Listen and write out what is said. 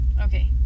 okay